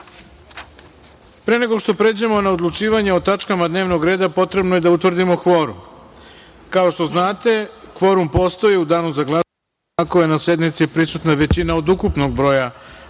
nego što pređemo na odlučivanje o tačkama dnevnog reda, potrebno je da utvrdimo kvorum. Kao što znate, kvorum postoji u Danu za glasanje ako je na sednici prisutna većina od ukupnog broja